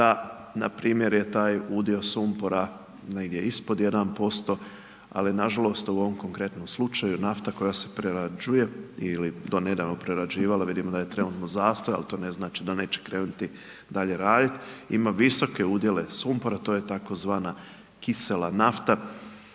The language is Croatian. da npr. je taj udio sumpora negdje ispod 1% ali nažalost u ovom konkretnom slučaju nafta koja se prerađuje ili do nedavno prerađivala, vidimo da je trenutno zastoj ali to ne znači da neće krenuti dalje raditi ima visoke udjele sumpora to je tzv. kisela nafta